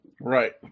Right